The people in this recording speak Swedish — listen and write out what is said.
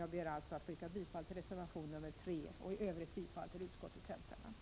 Jag ber alltså att få yrka bifall till reservation 3 och i övrigt till utskottets hemställan.